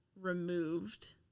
removed